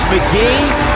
McGee